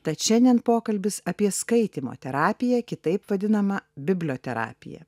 tad šiandien pokalbis apie skaitymo terapiją kitaip vadinamą biblioterapiją